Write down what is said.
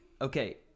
Okay